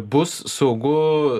bus saugu